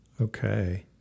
Okay